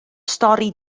stori